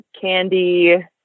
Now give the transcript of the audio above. candy